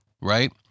right